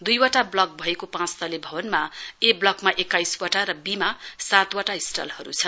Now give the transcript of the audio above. दुइवटा ब्लक भएको पाँच तले भवनमा ए ब्लकमा एक्काइकस वटा र बी मा सातवटा स्टलहरु छन्